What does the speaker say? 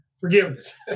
forgiveness